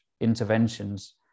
interventions